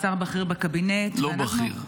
שר בכיר בקבינט -- לא בכיר.